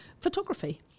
photography